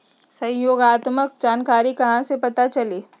सहयोगात्मक जानकारी कहा से पता चली?